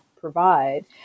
provide